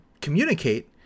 communicate